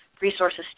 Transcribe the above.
resources